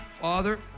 Father